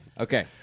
Okay